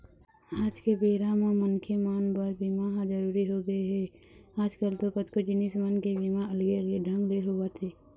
आज के बेरा म मनखे मन बर बीमा ह जरुरी होगे हे, आजकल तो कतको जिनिस मन के बीमा अलगे अलगे ढंग ले होवत हे